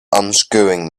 unscrewing